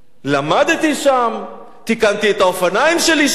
למדתי שם, תיקנתי את האופניים שלי שם.